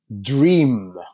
dream